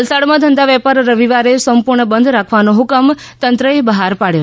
વલસાડમાં ધંધાવેપાર રવિવારે સંપૂર્ણ બંધ રાખવાનો હ્કમ તંત્રએ બહાર પાડ્યો છે